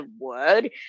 word